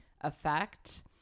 effect